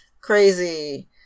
crazy